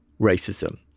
racism